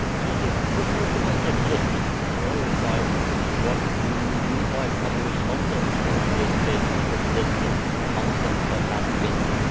so so first of all, just just to clarify what we mean by publish content in this case is that this is content that has been